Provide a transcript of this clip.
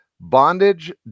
bondage